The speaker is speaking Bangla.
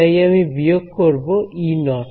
তাই আমি বিয়োগ করবো E0